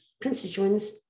constituents